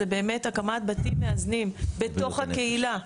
זה באמת הקמת בתים מאזנים בתוך הקהילה.